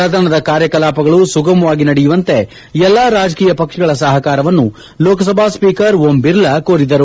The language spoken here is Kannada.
ಸದನದ ಕಾರ್ಯಕಲಾಪಗಳು ಸುಗಮವಾಗಿ ನಡೆಯುವಂತೆ ಎಲ್ಲಾ ರಾಜಕೀಯ ಪಕ್ಷಗಳ ಸಹಕಾರವನ್ನು ಲೋಕಸಭಾ ಸ್ವೀಕರ್ ಓಂ ಬಿರ್ಲಾ ಕೋರಿದರು